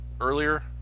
earlier